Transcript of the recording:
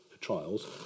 trials